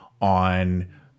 on